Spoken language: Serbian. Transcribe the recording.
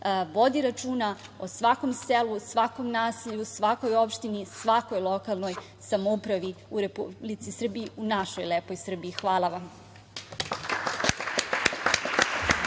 vodi računa o svakom selu, svakom naselju, svakoj opštini, svakoj lokalnoj samoupravi u Republici Srbiji, u našoj lepoj Srbiji. Hvala.